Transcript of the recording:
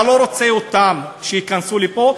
אתה לא רוצה אותם שייכנסו לפה?